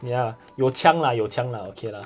ya 有枪 lah 有枪 lah okay lah